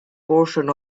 portion